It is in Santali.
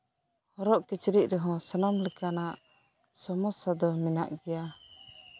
ᱦᱚᱨᱚᱜ ᱠᱤᱪᱨᱤᱡ ᱨᱮᱦᱚᱸ ᱥᱟᱱᱟᱢ ᱞᱮᱠᱟᱱᱟᱜ ᱥᱚᱢᱚᱥᱥᱟ ᱫᱚ ᱢᱮᱱᱟᱜ ᱜᱮᱭᱟ